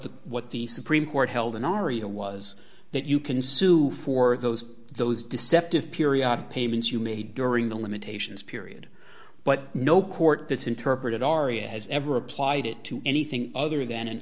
the what the supreme court held an aria was that you can sue for those those deceptive periodic payments you made during the limitations period but no court that's interpreted aria has ever applied it to anything other than